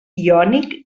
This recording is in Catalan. iònic